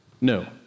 no